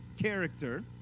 character